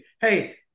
hey